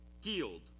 healed